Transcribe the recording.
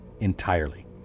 entirely